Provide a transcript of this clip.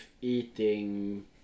eating